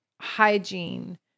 hygiene